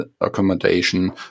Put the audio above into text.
accommodation